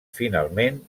finalment